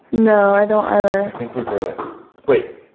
no. i don't either. i think we're good wait!